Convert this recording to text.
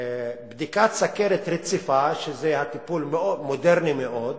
שבדיקת סוכר רציפה, שזה טיפול מודרני מאוד